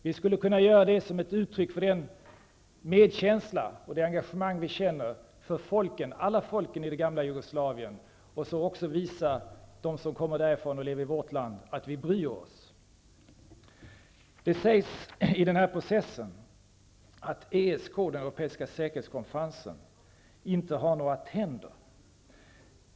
Vi skulle kunna göra det som ett uttryck för den medkänsla och det engagemang vi känner för alla folken i den gamla Jugoslavien och så också visa dem som kommer därifrån och lever i vårt land att vi bryr oss. Det sägs i den här processen att ESK, den europeiska säkerhetskonferensen, inte har några tänder.